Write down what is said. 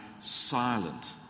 silent